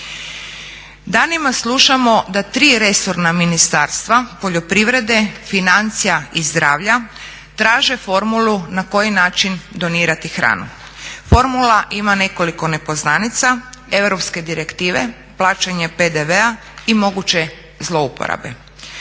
Danima slušamo da tri resorna ministarstva: poljoprivrede, financija i zdravlja, traže formulu na koji način donirati hranu. Formula ima nekoliko nepoznanica europske direktive, plaćanje PDV-a i moguće zlouporabe.